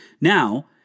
Now